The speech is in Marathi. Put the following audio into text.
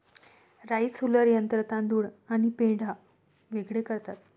राइस हुलर यंत्र तांदूळ आणि पेंढा वेगळे करते